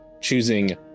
choosing